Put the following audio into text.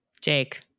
Jake